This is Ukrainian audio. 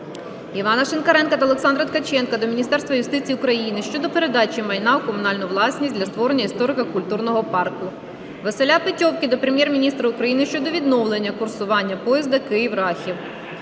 Івана Шинкаренка та Олександра Ткаченка до Міністерства юстиції України щодо передачі майна у комунальну власність для створення історико-культурного парку. Василя Петьовки до Прем'єр-міністра України щодо відновлення курсування поїзда Київ-Рахів.